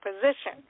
position